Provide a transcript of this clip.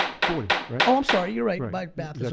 forty, right? oh, i'm sorry, you're right. my math was